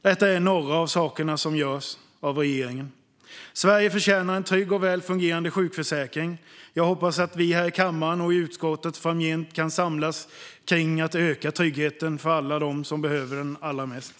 Detta är några av de saker som görs av regeringen. Sverige förtjänar en trygg och väl fungerande sjukförsäkring. Jag hoppas vi här i kammaren och i utskottet framgent kan samlas kring att öka tryggheten för alla dem som behöver den allra mest.